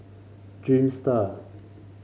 dreamster